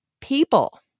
People